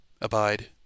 Abide